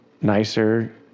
nicer